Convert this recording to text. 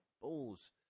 Balls